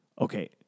Okay